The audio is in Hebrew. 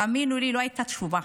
תאמינו לי, לא הייתה תשובה,